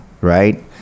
right